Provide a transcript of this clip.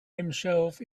himself